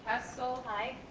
hessel. i.